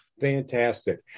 Fantastic